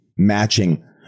matching